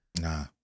Nah